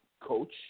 coach